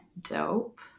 dope